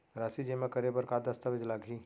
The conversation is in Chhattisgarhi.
राशि जेमा करे बर का दस्तावेज लागही?